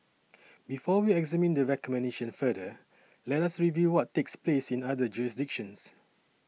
before we examine the recommendation further let us review what takes place in other jurisdictions